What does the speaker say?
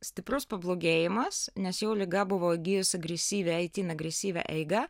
stiprus pablogėjimas nes jau liga buvo įgijus agresyvią itin agresyvią eigą